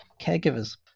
caregivers